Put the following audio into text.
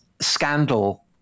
scandal